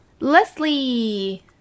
leslie